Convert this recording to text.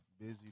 busy